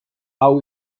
hau